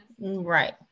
Right